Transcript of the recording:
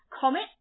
comet